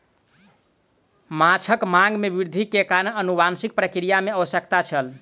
माँछक मांग में वृद्धि के कारण अनुवांशिक प्रक्रिया के आवश्यकता छल